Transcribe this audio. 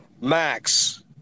Max